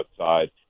outside